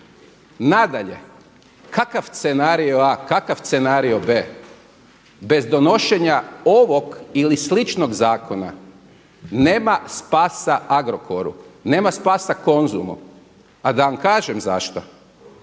Nadalje, kakav scenario A, kakav scenario B? Bez donošenja ovog ili sličnog zakona nema spasa Agrokoru, nema spasa Konzumu. A da vam kažem zašto?